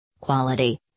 Quality